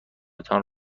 تان